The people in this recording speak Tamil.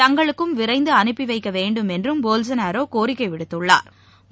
தங்களுக்கும் விரைந்துஅனுப்பிவைக்கவேண்டும் என்றும் பொல்சனாரோகோரிக்கைவிடுத்துள்ளாா்